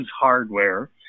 hardware